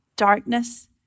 darkness